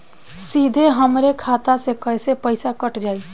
सीधे हमरे खाता से कैसे पईसा कट जाई?